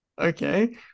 okay